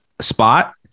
spot